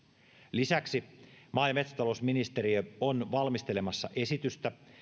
lisäksi maa ja metsätalousministeriö on valmistelemassa esitystä